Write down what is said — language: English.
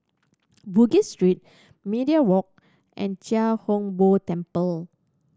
Bugis Street Media Walk and Chia Hung Boo Temple